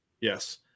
yes